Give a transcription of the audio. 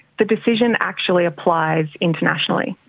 the decision actually applies internationally.